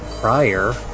prior